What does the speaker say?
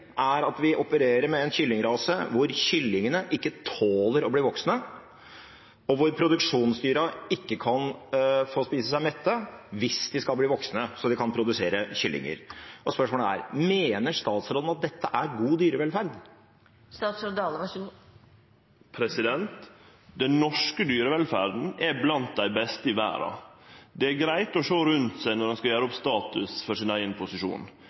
er at vi opererer med en kyllingrase hvor kyllingene ikke tåler å bli voksne, og hvor produksjonsdyra ikke kan få spise seg mette – hvis de skal bli voksne, slik at de kan produsere kyllinger. Spørsmålet er: Mener statsråden at dette er god dyrevelferd? Den norske dyrevelferda er blant dei beste i verda. Det er greitt å sjå rundt seg når ein skal gjere opp status for sin eigen posisjon.